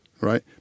right